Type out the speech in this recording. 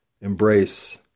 embrace